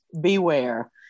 beware